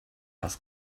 was